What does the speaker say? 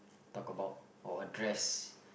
talk about or address